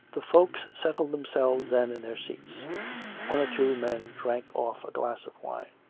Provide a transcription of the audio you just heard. the folks settled themselves then in their seats one or two men drank off a glass of wine.